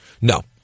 No